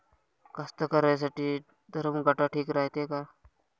कास्तकाराइसाठी धरम काटा ठीक रायते का?